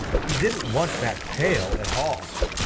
he didn't want that pail at all.